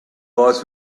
was